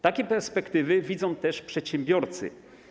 Takie perspektywy widzą też przedsiębiorcy.